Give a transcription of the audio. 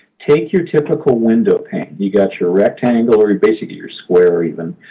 take your typical window pane you've got your rectangle, or basically your square even,